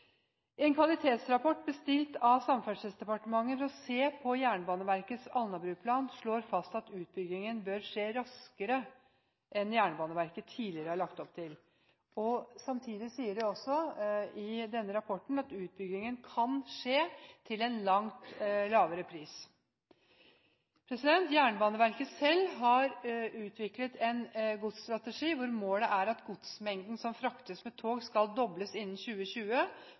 En kvalitetsrapport bestilt av Samferdselsdepartementet for å se på Jernbaneverkets Alnabru-plan slår fast at utbyggingen bør skje raskere enn Jernbaneverket tidligere har lagt opp til. Samtidig sies det også i denne rapporten at utbyggingen kan skje til en langt lavere pris. Jernbaneverket har selv utviklet en godsstrategi hvor målet er at godsmengden som fraktes med tog, skal dobles innen 2020